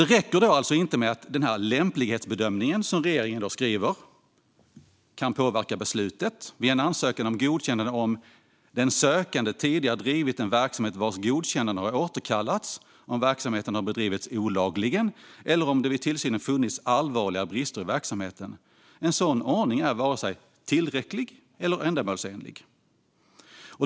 Det räcker inte med att den lämplighetsbedömning som regeringen tidigare har skrivit om kan påverka beslutet, det vill säga om den sökande tidigare "drivit en verksamhet vars godkännande har återkallats, om verksamheten har bedrivits olagligen eller om det vid tillsynen funnits allvarliga brister i verksamheten". En sådan ordning är inte vare sig tillräcklig eller ändamålsenlig.